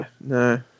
No